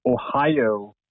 ohio